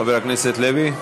חבר הכנסת לוי,